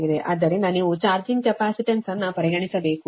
ಆದ್ದರಿಂದ ನೀವು charging capacitance ಅನ್ನು ಪರಿಗಣಿಸಬೇಕು